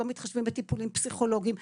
לא מתחשבים בטיפולים פסיכולוגיים.